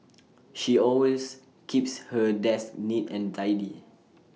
she always keeps her desk neat and tidy